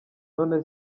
none